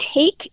take